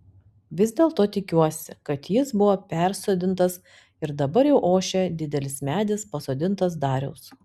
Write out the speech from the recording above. vis dėlto tikiuosi kad jis buvo persodintas ir dabar jau ošia didelis medis pasodintas dariaus